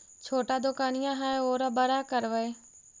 छोटा दोकनिया है ओरा बड़ा करवै?